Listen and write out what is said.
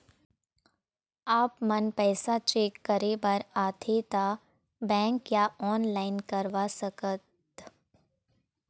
आपमन पैसा चेक करे बार आथे ता बैंक या ऑनलाइन करवा सकत?